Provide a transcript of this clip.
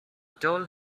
told